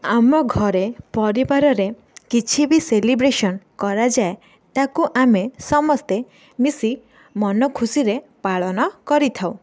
ଆମ ଘରେ ପରିବାରରେ କିଛି ବି ସେଲିବ୍ରେସନ କରାଯାଏ ତାକୁ ଆମେ ସମସ୍ତେ ମିଶି ମନ ଖୁସିରେ ପାଳନ କରିଥାଉ